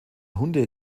hunde